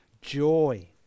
joy